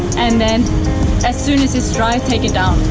and then as soon as it's dry take it down.